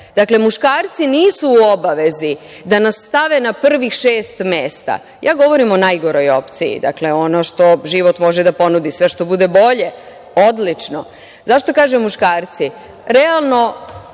Dakle, muškarci nisu u obavezi da nas stave na prvih šest mesta. Ja govorim o najgoroj opciji, dakle, ono što život može da ponudi. Sve što bude bolje, odlično.Zašto kažem muškarci? Realno,